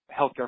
healthcare